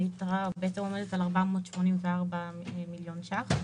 היתרה עומדת על 484 מיליון ש"ח.